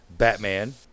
Batman